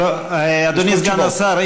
אדוני סגן השר,